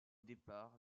départ